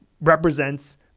represents